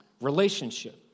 relationship